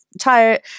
tired